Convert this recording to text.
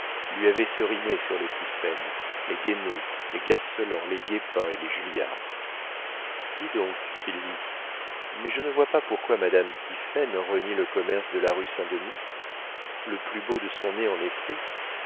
lui avaient serinées sur les tiphaine les guénée les garceland les guépin et les julliard dis donc sylvie mais je ne vois pas pourquoi madame tiphaine renie le commerce de la rue saint-denis le plus beau de son nez en est